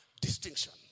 distinction